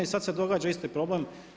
I sad se događa isti problem.